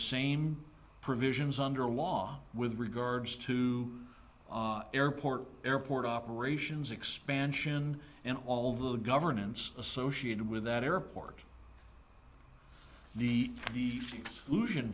same provisions under law with regards to airport airport operations expansion and all of the governance associated with that airport the solution